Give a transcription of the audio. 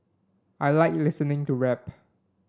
I like listening to rap